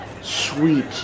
sweet